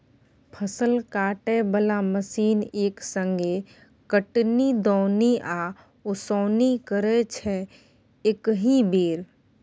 फसल काटय बला मशीन एक संगे कटनी, दौनी आ ओसौनी करय छै एकहि बेर